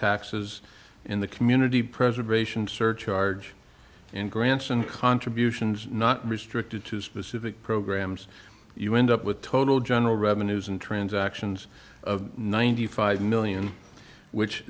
taxes in the community preservation surcharge and grants and contributions not restricted to specific programs you end up with total general revenues and transactions of ninety five million which